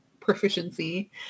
proficiency